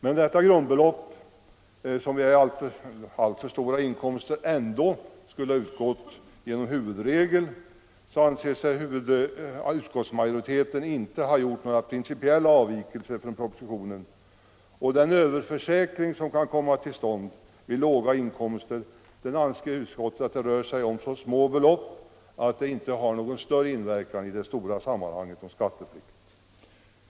Med detta grundbelopp, som redan vid ej alltför stora inkomster ändå skulle ha utgått enligt huvudregeln, anser sig inte utskottsmajoriteten ha gjort några principiella avvikelser från propositionen. Och när det gäller den överförsäkring som kan komma till stånd vid låga inkomster menar utskottet att det rör sig om så små belopp att den inte har någon större inverkan i skatteflyktssammanhanget.